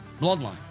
Bloodline